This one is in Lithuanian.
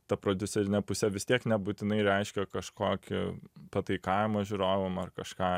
ta prodiuserinė pusė vis tiek nebūtinai reiškia kažkokį pataikavimą žiūrovam ar kažką